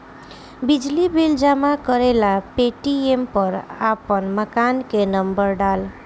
बिजली बिल जमा करेला पेटीएम पर आपन मकान के नम्बर डाल